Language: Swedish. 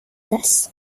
dess